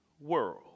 world